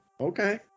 Okay